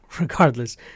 Regardless